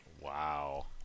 Wow